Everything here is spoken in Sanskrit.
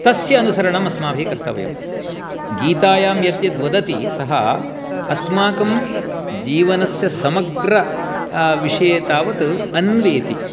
तस्य अनुसरणम् अस्माभिः कर्तव्यं गीतायां यद् यद् वदति सः अस्माकं जीवनस्य समग्र विषये तावत् अन्वेति